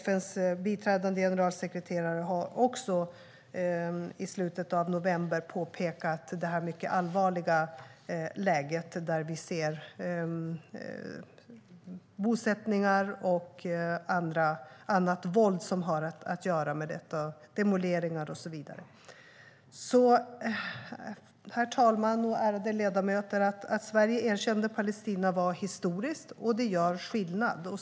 FN:s biträdande generalsekreterare har också i slutet av november påpekat detta mycket allvarliga läge, där vi ser bosättningar och annat våld som har att göra med detta - demoleringar och så vidare. Herr talman och ärade ledamöter! Att Sverige erkände Palestina var historiskt, och det gör skillnad.